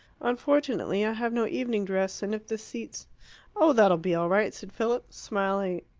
unfortunately i have no evening dress and if the seats oh, that'll be all right, said philip, smiling